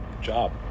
job